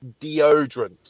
deodorant